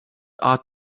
are